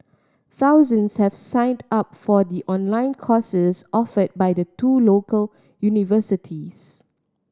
thousands have signed up for the online courses offered by the two local universities